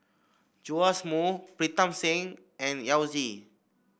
Joash Moo Pritam Singh and Yao Zi